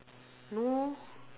no